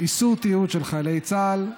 איסור תיעוד של חיילי צה"ל),